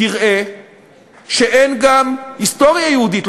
תראה שאין גם היסטוריה יהודית,